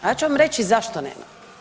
A ja ću vam reći zašto nema.